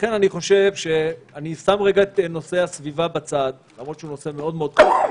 אני שם רגע את נושא הסביבה בצד למרות שהוא נושא מאוד מאוד חשוב.